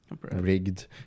rigged